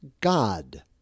God